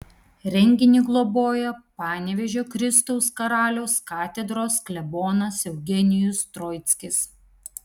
renginį globoja panevėžio kristaus karaliaus katedros klebonas eugenijus troickis